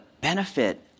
benefit